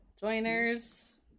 Joiners